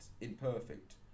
imperfect